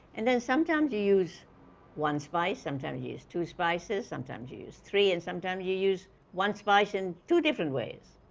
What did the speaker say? and sometimes you use one spice, sometimes you use two spices, sometimes you use three. and sometimes you use one spice in two different ways,